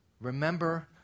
remember